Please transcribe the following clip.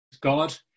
God